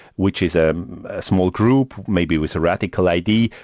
which is a small group, maybe with radical ideas,